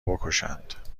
بکشند